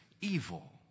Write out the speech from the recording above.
evil